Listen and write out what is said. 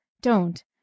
Don't